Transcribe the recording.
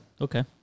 Okay